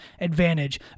advantage